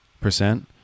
percent